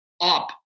up